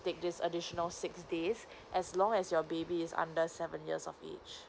take this additional six days as long as your baby is under seven years of age